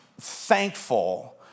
thankful